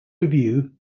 review